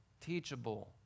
teachable